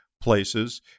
places